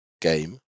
game